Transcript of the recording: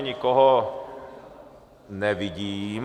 Nikoho nevidím.